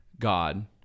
God